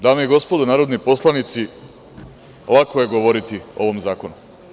Dame i gospodo narodni poslanici, lako je govoriti o ovom zakonu.